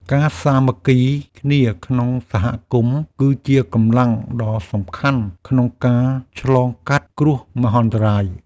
ការសាមគ្គីគ្នាក្នុងសហគមន៍គឺជាកម្លាំងដ៏សំខាន់ក្នុងការឆ្លងកាត់គ្រោះមហន្តរាយ។